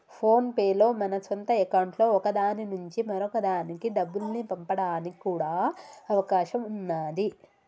phone pay లో మన సొంత అకౌంట్లలో ఒక దాని నుంచి మరొక దానికి డబ్బుల్ని పంపడానికి కూడా అవకాశం ఉన్నాది